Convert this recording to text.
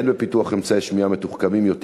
הן בפיתוח אמצעי שמיעה מתוחכמים יותר